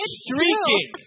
streaking